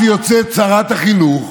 אז יוצאת שרת החינוך